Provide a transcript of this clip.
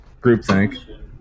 groupthink